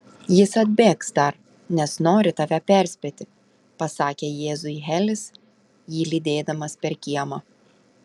jis atbėgs dar nes nori tave perspėti pasakė jėzui helis jį lydėdamas per kiemą